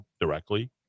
directly